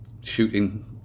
shooting